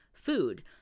Food